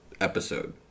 episode